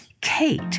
Kate